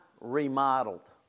remodeled